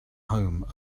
home